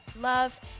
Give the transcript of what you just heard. love